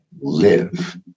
live